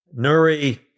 Nuri